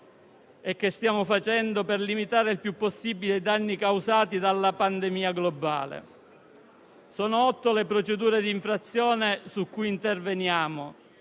o che stiamo facendo per limitare il più possibile i danni causati dalla pandemia globale. Sono otto le procedure di infrazione su cui interveniamo,